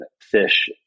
fish